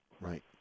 Right